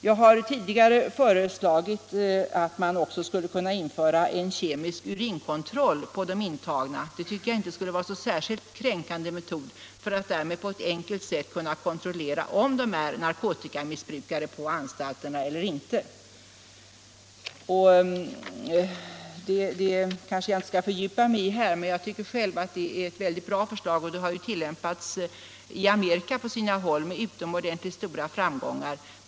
Jag har tidigare föreslagit att det också skulle införas en kemisk urinkontroll på de intagna — det tycker jag inte skulle vara en särskilt kränkande metod -— för att därmed enkelt kunna kontrollera om de intagna på anstalterna var narkotikamissbrukare eller inte. Jag kanske inte skall fördjupa mig i den frågan, men jag tycker själv att det är ett bra förslag, och det har på sina håll i Amerika tillämpats med utomordentligt stor framgång.